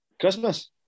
Christmas